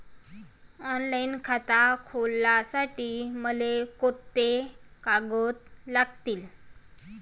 Online खातं खोलासाठी मले कोंते कागद लागतील?